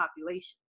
population